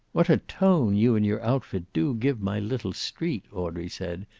what a tone you and your outfit do give my little street, audrey said,